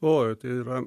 oi tai yra